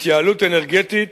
התייעלות אנרגטית